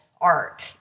arc